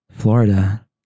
Florida